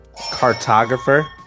cartographer